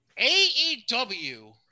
AEW